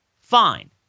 fine